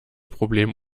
problem